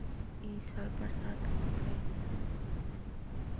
ई साल बरसात कैसन होतय?